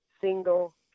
single